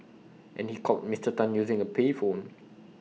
and he called Mister Tan using A payphone